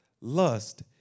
lust